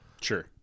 Sure